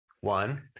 one